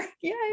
Yay